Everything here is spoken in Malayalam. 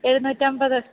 എഴുന്നൂറ്റിയമ്പത്